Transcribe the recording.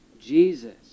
Jesus